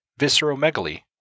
visceromegaly